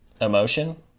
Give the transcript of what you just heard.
emotion